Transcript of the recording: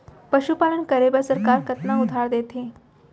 पशुपालन करे बर सरकार कतना उधार देथे?